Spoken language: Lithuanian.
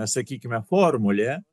sakykime formulė